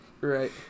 Right